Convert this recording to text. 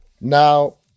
Now